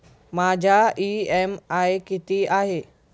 माझा इ.एम.आय किती आहे?